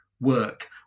work